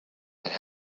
and